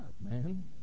man